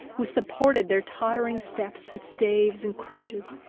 who supported their tottering steps with staves and crutches,